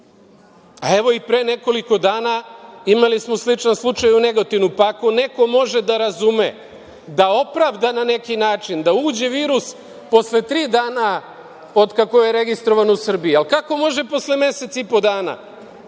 A, evo i pre nekoliko dana imali smo sličan slučaj u Negotinu, pa ako neko može da razume, da opravda na neki način da uđe virus posle tri dana otkako je registrovan u Srbiji, ali kako može posle mesec i po dana,